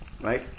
right